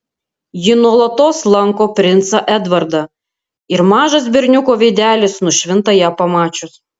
ji nuolatos lanko princą edvardą ir mažas berniuko veidelis nušvinta ją pamačius